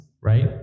right